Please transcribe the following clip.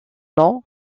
nom